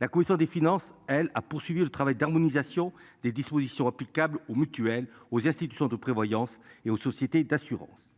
La commission des finances. Elle a poursuivi le travail d'harmonisation des dispositions applicables aux mutuelles aux institutions de prévoyance et aux sociétés d'assurances.